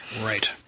Right